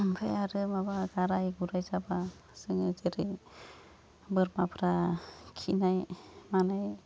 ओमफ्राय आरो माबा गाराय गुराय जाबा जोङो जेरै बोरमाफ्रा खिनाय मानाय